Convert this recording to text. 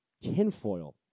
tinfoil